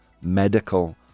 medical